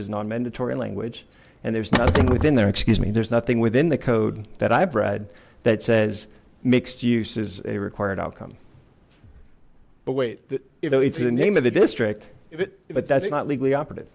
is non mandatory language and there's nothing within there excuse me there's nothing within the code that i've read that says mixed uses a required outcome but wait if it's the name of the district but that's not legally op